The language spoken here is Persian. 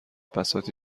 بساطی